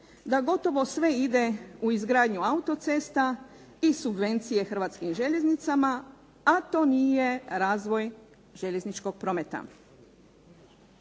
da gotovo sve ide u izgradnju autocesta i subvencije Hrvatskim željeznicama, a to nije razvoj željezničkog prometa.